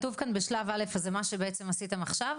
בריאטריה שכתוב כאן בשלב א' זה מה שבעצם עשיתם עכשיו?